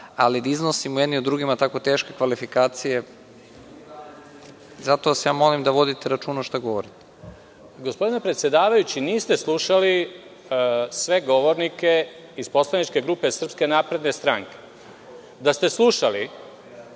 ali da iznosimo jedni o drugima tako teške kvalifikacije… Zato vas molim da vodite računa šta govorite. **Janko Veselinović** Gospodine predsedavajući, niste slušali sve govornike iz poslaničke grupe Srpske napredne stranke. Da ste slušali,